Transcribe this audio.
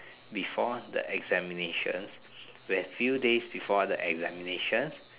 before the examination where few days before the examination